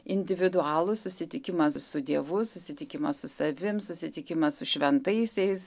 individualūs susitikimas su dievu susitikimas su savim susitikimas su šventaisiais